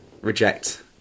Reject